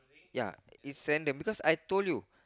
ya it's random because I told you